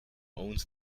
owns